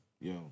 Yo